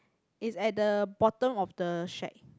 is at the bottom of the shack